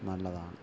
നല്ലതാണ്